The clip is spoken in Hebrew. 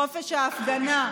חופש ההפגנה,